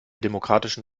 demokratischen